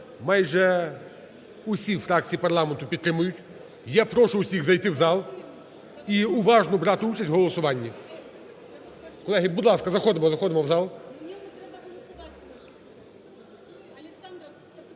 майже усі фракції парламенту підтримують. Я прошу усіх зайти в зал і уважно брати участь в голосуванні. Колеги, будь ласка, заходимо,